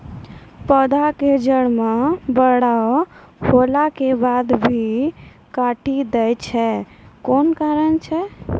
पौधा के जड़ म बड़ो होला के बाद भी काटी दै छै कोन कारण छै?